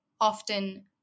often